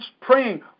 praying